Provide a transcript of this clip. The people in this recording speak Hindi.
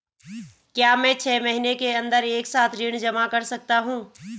क्या मैं छः महीने के अन्दर एक साथ ऋण जमा कर सकता हूँ?